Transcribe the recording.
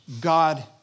God